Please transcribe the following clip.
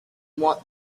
want